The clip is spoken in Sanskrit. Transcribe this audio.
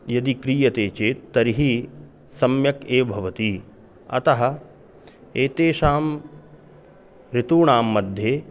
यदि क्रियते चेत् तर्हि सम्यक् एव भवति अतः एतेषां ऋतूनाम्मध्ये